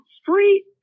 street